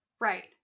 Right